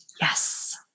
Yes